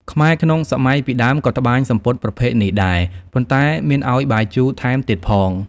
ខ្មែរក្នុងសម័យពីដើមក៏ត្បាញសំពត់ប្រភេទនេះដែរ ប៉ុន្តែមានឱ្យបាយជូរថែមទៀតផង។